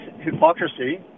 hypocrisy